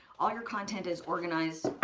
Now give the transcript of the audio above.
all your content is organized,